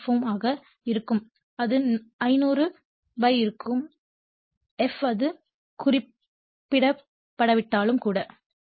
44 f ∅m ஆக இருக்கும் அது 500 இருக்கும் F அது குறிப்பிடப்படாவிட்டாலும் கூட